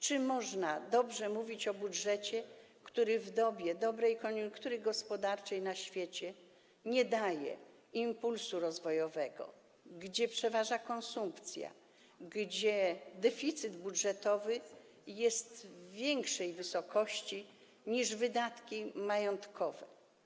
Czy można dobrze mówić o budżecie, który w dobie dobrej koniunktury gospodarczej na świecie nie daje impulsu rozwojowego, w którym przeważa konsumpcja, w którym deficyt budżetowy jest w większej wysokości niż wydatki majątkowe?